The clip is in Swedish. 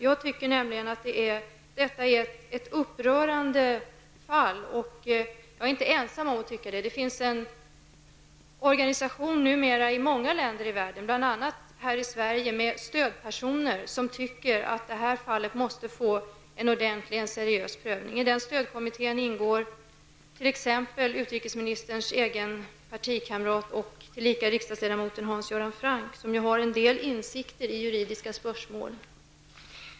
Jag anser nämligen att detta är ett upprörande fall, och jag är inte ensam om att tycka det. Det finns numera organisationer i många länder i världen, bl.a. här i Sverige, med stödpersoner som anser att detta fall måste få en ordentlig och seriös prövning. I den stödkommittén ingår t.ex. utrikesministerns egen partikamrat och tillika riksdagsledamoten Hans Göran Franck, som ju har en del insikter i juridiska spörsmål.